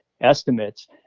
estimates